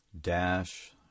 Dash